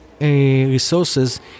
resources